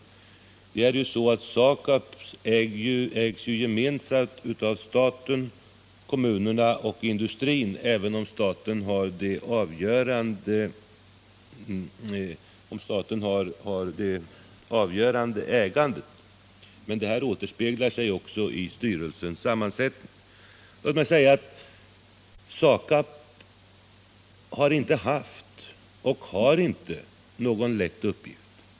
SAKAB ägs gemensamt av staten, kommunerna och industrin, även om staten har det avgörande ägandet. Detta återspeglar sig också i styrelsens sammansättning. SAKAB har inte haft och har inte någon lätt uppgift.